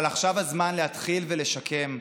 אבל עכשיו הזמן להתחיל לשקם.